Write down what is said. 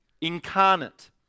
incarnate